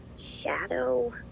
shadow